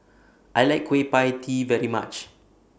I like Kueh PIE Tee very much